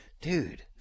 dude